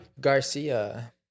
Garcia